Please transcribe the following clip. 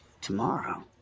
Tomorrow